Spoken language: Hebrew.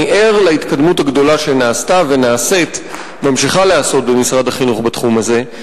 אני ער להתקדמות הגדולה שנעשתה וממשיכה להיעשות במשרד החינוך בתחום הזה.